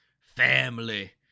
family